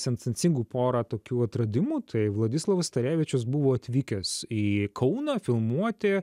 sensancingų pora tokių atradimų tai vladislovas starevičius buvo atvykęs į kauną filmuoti